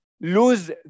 Lose